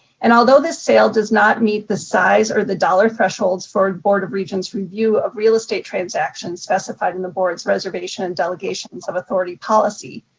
and although this sale does not meet the size or the dollar thresholds for board of regents review of real estate transactions specified in the board's reservation and delegations of authority policy,